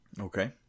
Okay